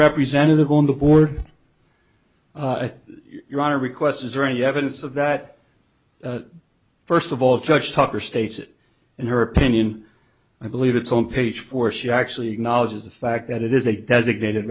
representative on the board at your own request is there any evidence of that first of all judge tucker states it in her opinion i believe it's on page four she actually acknowledges the fact that it is a designated